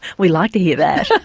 we like to hear that.